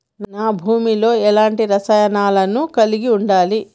నా భూమి లో ఎలాంటి రసాయనాలను కలిగి ఉండాలి?